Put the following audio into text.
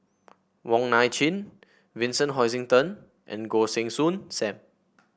Wong Nai Chin Vincent Hoisington and Goh Heng Soon Sam